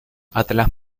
atlas